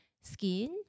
skin